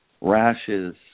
rashes